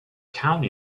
county